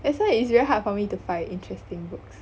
that's why it's very hard for me to find interesting books